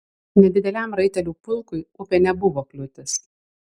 nedideliam raitelių pulkui upė nebuvo kliūtis